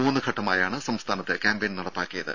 മൂന്ന് ഘട്ടമായാണ് സംസ്ഥാനത്ത് ക്യാമ്പയിൻ നടപ്പാക്കിയത്